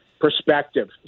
perspective